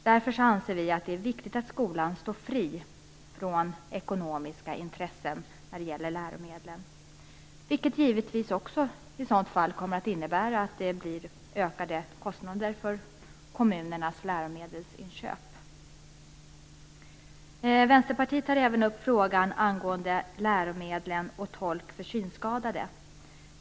Därför anser vi att det är viktigt att skolan står fri från ekonomiska intressen när det gäller läromedlen, vilket givetvis också i så fall innebär ökade kostnader för kommunernas läromedelsinköp. Vänsterpartiet tar även upp frågan om läromedel och tolk för synskadade.